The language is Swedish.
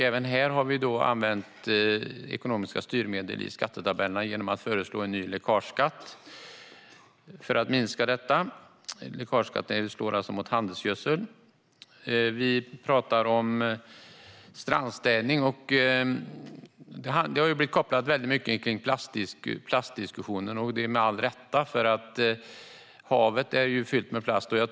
Även här har vi använt ekonomiska styrmedel i skattetabellerna genom att föreslå en ny läckageskatt för att minska detta. Läckageskatten slår alltså mot handelsgödsel. Vi tar också upp strandstädning. Det har med all rätt kopplats till plastdiskussionen, för havet är ju fyllt med plast.